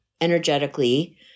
energetically